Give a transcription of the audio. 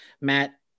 Matt